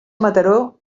mataró